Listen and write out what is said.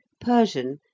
Persian